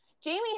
Jamie